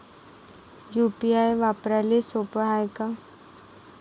UPI वापराले सोप हाय का?